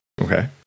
Okay